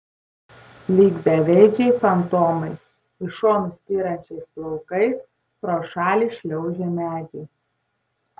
lyg beveidžiai fantomai į šonus styrančiais plaukais pro šalį šliaužė medžiai